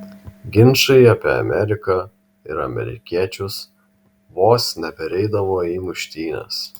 ginčai apie ameriką ir amerikiečius vos nepereidavo į muštynes